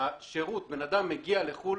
בן אדם מגיע לחו"ל,